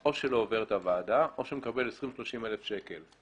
או שלא עובר את הוועדה או שמקבל 20,000 30,000 שקל.